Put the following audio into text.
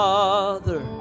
Father